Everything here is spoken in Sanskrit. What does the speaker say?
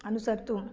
अनुसर्तुं